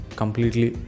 completely